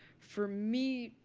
for me,